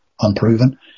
unproven